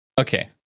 okay